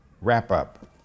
wrap-up